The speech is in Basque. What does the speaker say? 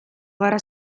gara